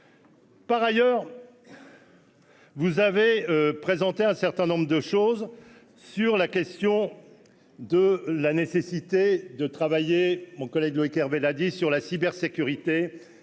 Par ailleurs. Vous avez présenté un certain nombre de choses sur la question de la nécessité de travailler mon collègue